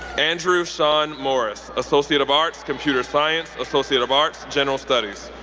andrew shaun morris, associate of arts, computer science, associate of arts, general studies.